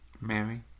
Mary